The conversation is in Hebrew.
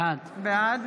בעד